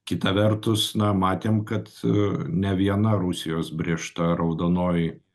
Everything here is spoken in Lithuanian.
kita vertus na matėm kad ne viena rusijos brėžta raudonoji